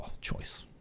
Choice